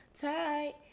tight